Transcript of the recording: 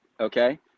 okay